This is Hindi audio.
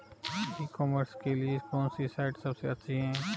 ई कॉमर्स के लिए कौनसी साइट सबसे अच्छी है?